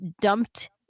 dumped